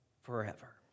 forever